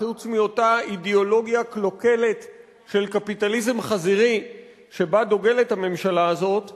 חוץ מאותה אידיאולוגיה קלוקלת של קפיטליזם חזירי שבה הממשלה הזאת דוגלת,